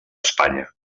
espanya